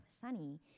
Sunny